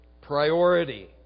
priority